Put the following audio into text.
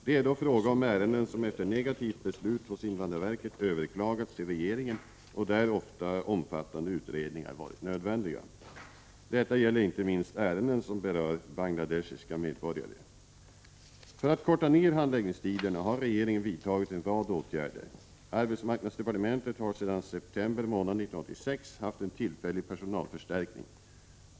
Det är då fråga om ärenden som efter negativt beslut hos invandrarverket överklagats till regeringen och där ofta omfattande utredningar varit nödvändiga. Detta gäller inte minst ärenden som berör bangladeshiska medborgare. För att korta ner handläggningstiderna har regeringen vidtagit en rad åtgärder. Arbetsmarknadsdepartementet har sedan september månad 1986 haft en tillfällig personalförstärkning.